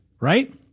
right